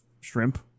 shrimp